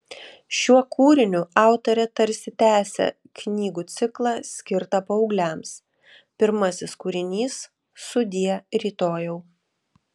šiuo kūriniu autorė tarsi tęsia knygų ciklą skirtą paaugliams pirmasis kūrinys sudie rytojau